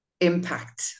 impact